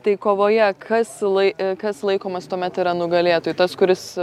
tai kovoje kas lai kas laikomas tuomet yra nugalėtoju tas kuris